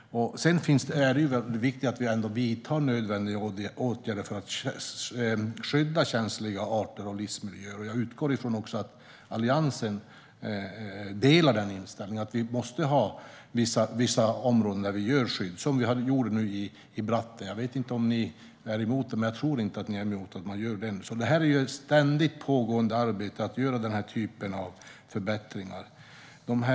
Sedan är det viktigt att vi ändå vidtar nödvändiga åtgärder för att skydda känsliga arter och livsmiljöer. Jag utgår från att Alliansen delar den inställningen. Vi måste ge vissa områden skydd, som vi gjorde när det gäller Bratten. Jag vet inte om ni är emot det, men jag tror inte att ni är emot att man gör det. Det är ett ständigt pågående arbete att göra den typen av förbättringar.